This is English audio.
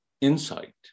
insight